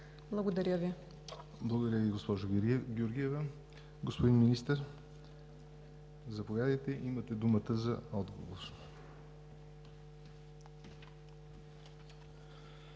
ЯВОР НОТЕВ: Благодаря Ви, госпожо Георгиева. Господин Министър, заповядайте. Имате думата за отговор.